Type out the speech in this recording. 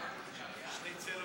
שניצלונים.